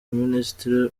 minisitiri